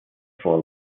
for